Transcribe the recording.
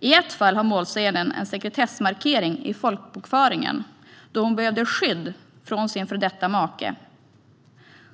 I ett fall har målsäganden en sekretessmarkering i folkbokföringen då hon behövde skydd från sin före detta make.